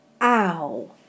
ow